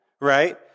right